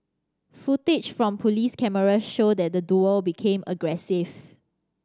footage from police cameras showed that the duo became aggressive